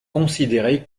considérer